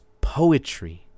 poetry